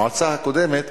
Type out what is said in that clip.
המועצה הקודמת,